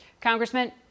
Congressman